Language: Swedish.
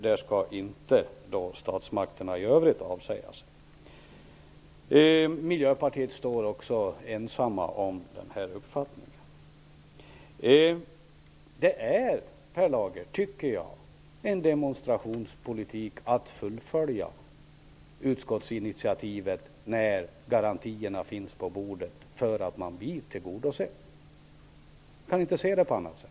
Där skall inte statsmakterna i övrigt avsäga sig ansvaret. Miljöpartiet står också ensamma om sin uppfattning. Jag tycker, Per Lager, att det är demonstrationspolitik att fullfölja utskottsinitiativet när garantierna finns på bordet för att ens krav blir tillgodosedda. Jag kan inte se det på annat sätt.